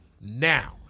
now